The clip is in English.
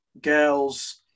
girls